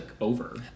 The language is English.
over